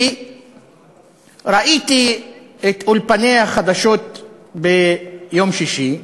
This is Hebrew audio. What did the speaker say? כי ראיתי את אולפני החדשות ביום שישי,